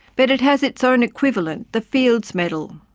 but it has its own equivalent, the fields medal.